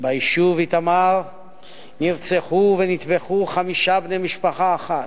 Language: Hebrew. ביישוב איתמר נרצחו ונטבחו חמישה בני משפחה אחת.